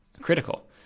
critical